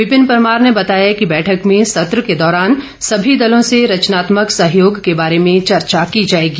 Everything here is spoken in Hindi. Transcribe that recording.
विपिन परमार ने बताया कि बैठक में सत्र के दौरान सभी दलों से रचनात्मक सहयोग के बारे में चर्चा की जाएगी